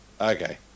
Okay